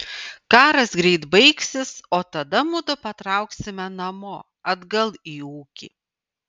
karas greit baigsis o tada mudu patrauksime namo atgal į ūkį